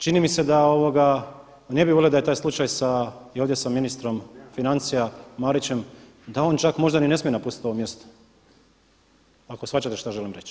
Čini mi se da ne bi volio da je taj slučaj i ovdje sa ministrom financija Marićem, da on čak možda ni ne smije napustiti ovo mjesto, ali shvaćate što želim reći.